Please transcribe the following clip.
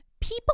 People